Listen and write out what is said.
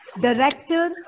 Director